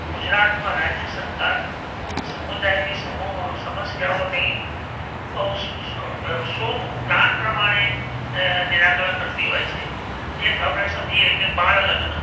ગુજરાતમાં રાજ્ય સરકાર સમુદાયની સમુ સમસ્યાઓની પ્લાન પ્રમાણે નિરાકરણ કરતી હોય છે એક આપણે સમજીએ કે બાળલગ્ન